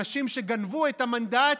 אנשים שגנבו את המנדט,